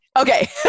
Okay